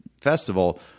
festival